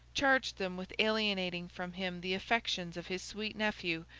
charged them with alienating from him the affections of his sweet nephew,